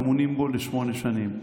ממונים בו לשמונה שנים.